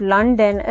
London